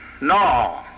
no